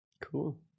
Cool